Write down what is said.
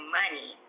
money